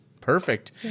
Perfect